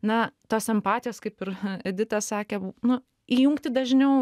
na tos empatijos kaip ir edita sakė nu įjungti dažniau